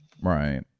right